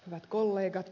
hyvät kollegat